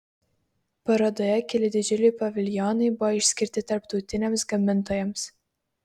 parodoje keli didžiuliai paviljonai buvo išskirti tarptautiniams gamintojams